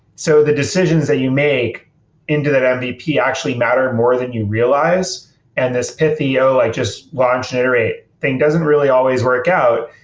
so the decisions that you make into the mvp actually matter more than you realize and this pithy, oh, i just launched an iterate thing, doesn't really always work out,